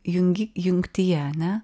jungi jungtyje ane